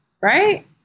Right